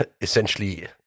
essentially